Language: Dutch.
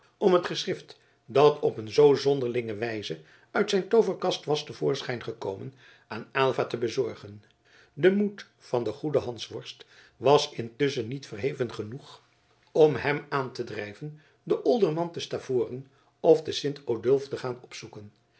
om het geschrift dat op een zoo zonderlinge wijze uit zijn tooverkast was te voorschijn gekomen aan aylva te bezorgen de moed van den goeden hansworst was intusschen niet verheven genoeg om hem aan te drijven den olderman te stavoren of te sint odulf te gaan opzoeken